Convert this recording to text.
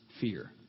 fear